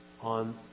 on